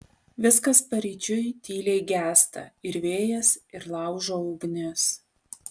viskas paryčiui tyliai gęsta ir vėjas ir laužo ugnis